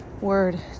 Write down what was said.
word